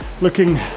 looking